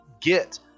get